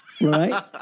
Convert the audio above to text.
Right